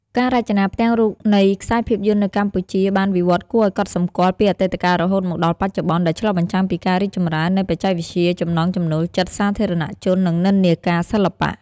ការរចនាផ្ទាំងរូបនៃខ្សែរភាពយន្តនៅកម្ពុជាបានវិវត្តន៍គួរឱ្យកត់សម្គាល់ពីអតីតកាលរហូតមកដល់បច្ចុប្បន្ន ដែលឆ្លុះបញ្ចាំងពីការរីកចម្រើននៃបច្ចេកវិទ្យា ចំណង់ចំណូលចិត្តសាធារណៈជន និងនិន្នាការសិល្បៈ ។